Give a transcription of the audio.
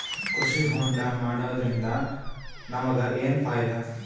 ಕೃಷಿ ಹೋಂಡಾ ಮಾಡೋದ್ರಿಂದ ನಮಗ ಏನ್ ಫಾಯಿದಾ?